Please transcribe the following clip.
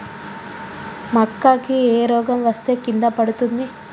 మక్కా కి ఏ రోగం వస్తే కింద పడుతుంది?